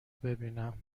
ببینم